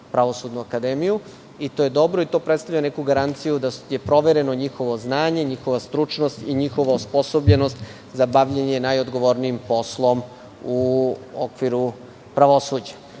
Pravosudnu akademiju. To je dobro, i to predstavlja neku garanciju da je provereno njihovo znanje, njihova stručnost, njihova osposobljenost za bavljenje najodgovornijim poslom u okviru pravosuđa.